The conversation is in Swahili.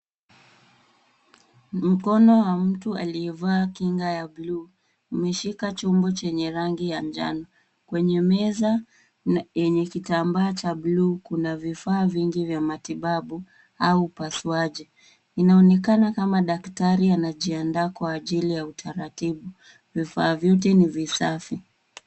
Mkono wa mtu aliyevaa kinga ya buluu umeshika chombo chenye rangi ya njano. Kwenye meza yenye kitambaa cha buluu kuna vifaa vingi vya matibabu au upasuaji. Inaonekana kama daktari anajiandaa kwa ajili ya utaratibu. Vifaa vyote ni visafi.